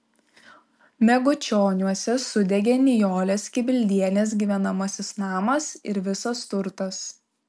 megučioniuose sudegė nijolės kibildienės gyvenamasis namas ir visas turtas